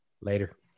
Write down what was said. Later